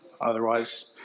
Otherwise